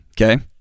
okay